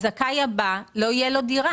הזכאי הבא, לא יהיה לו דירה.